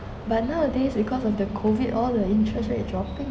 but nowadays because of the COVID all the interest rate dropping